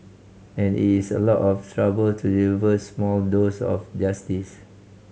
and it is a lot of trouble to deliver small dose of justice